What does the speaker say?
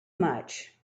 much